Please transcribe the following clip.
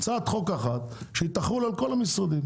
הצעת חוק אחת שהיא תחול על כל המשרדים.